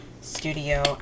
studio